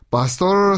Pastor